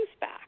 back